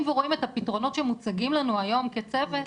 ורואים את הפתרונות שמוצגים לנו היום כצוות,